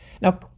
Now